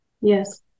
Yes